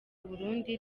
burundi